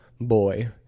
boy